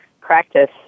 practice